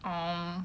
oh